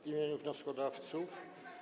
W imieniu wnioskodawców.